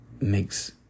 makes